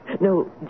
No